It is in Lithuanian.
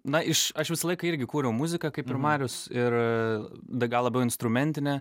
na iš aš visą laiką irgi kūriau muziką kaip ir marius ir bet gal labiau instrumentinę